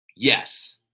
Yes